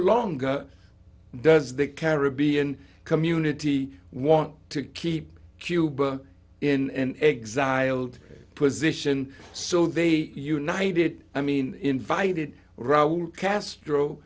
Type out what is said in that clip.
longer does the caribbean community want to keep cuba in exiled position so they united i mean invited raul castro